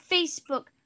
Facebook